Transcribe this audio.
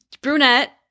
brunette